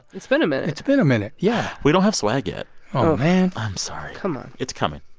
it's been a minute. it's been a minute, yeah we don't have swag yet oh, man i'm sorry come on it's coming.